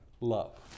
love